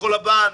כחול לבן,